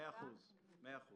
מאה אחוז.